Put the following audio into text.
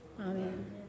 Amen